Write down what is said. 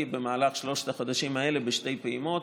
במהלך שלושת החודשים האלה בשתי פעימות,